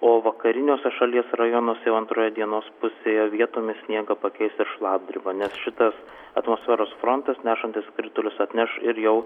o vakariniuose šalies rajonuose jau antroje dienos pusėje vietomis sniegą pakeis šlapdriba nes šitas atmosferos frontas nešantis kritulius atneš ir jau